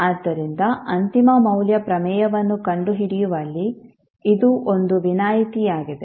ಆದ್ದರಿಂದ ಅಂತಿಮ ಮೌಲ್ಯ ಪ್ರಮೇಯವನ್ನು ಕಂಡುಹಿಡಿಯುವಲ್ಲಿ ಇದು ಒಂದು ವಿನಾಯಿತಿಯಾಗಿದೆ